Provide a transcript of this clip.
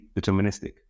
deterministic